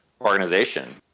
organization